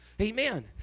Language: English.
Amen